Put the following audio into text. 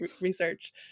research